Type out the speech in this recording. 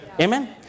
Amen